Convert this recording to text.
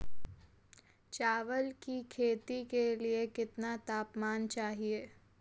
चावल की खेती के लिए कितना तापमान चाहिए?